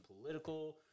political